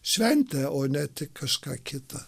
šventę o ne tik kažką kita